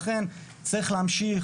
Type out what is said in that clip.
לכן צריך להמשיך,